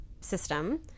system